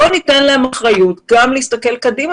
בואו ניתן להן אחריות גם להסתכל קדימה